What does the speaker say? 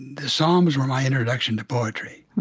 the psalms were my introduction to poetry